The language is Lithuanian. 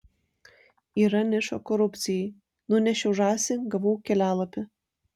yra niša korupcijai nunešiau žąsį gavau kelialapį